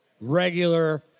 regular